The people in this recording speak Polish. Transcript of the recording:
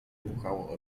buchało